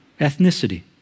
ethnicity